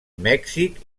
mèxic